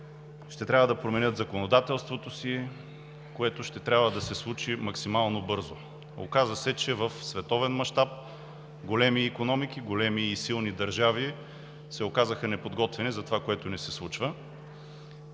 ще трябва да променят законодателството си, което ще трябва да се случи максимално бързо. В световен мащаб големи икономики, големи и силни държави се оказаха неподготвени за това, което ни се случва.